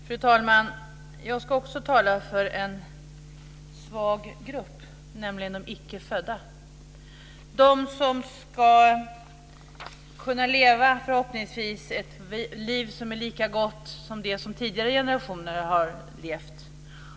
Fru talman! Jag ska också tala för en svag grupp, nämligen de icke födda, de som förhoppningsvis ska kunna leva ett liv som är lika gott som det som tidigare generationer har levt.